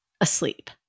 asleep